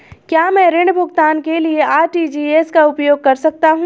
क्या मैं ऋण भुगतान के लिए आर.टी.जी.एस का उपयोग कर सकता हूँ?